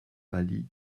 pâlit